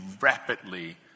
rapidly